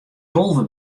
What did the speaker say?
tolve